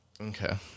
Okay